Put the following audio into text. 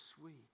sweet